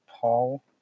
Paul